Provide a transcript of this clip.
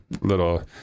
little